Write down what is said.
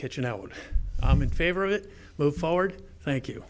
kitchen out i'm in favor of it move forward thank you